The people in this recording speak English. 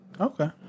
Okay